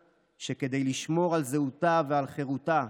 אנחנו חלק מאומה קטנה שכדי לשמור על זהותה ועל חירותה,